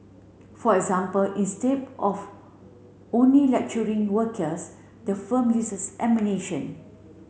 for example instead of only lecturing workers the firm uses